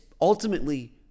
ultimately